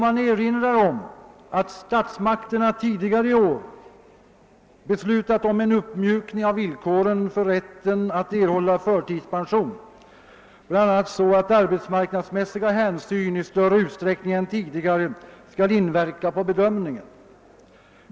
Man erinrar om att statsmakterna tidigare i år har beslutat om en uppmjukning av villkoren för rätten att erhålla förtidspension, bl.a. så att arbetsmarknadsmässiga hänsyn i större utsträckning än tidigare skall inverka på bedömningen.